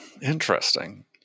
interesting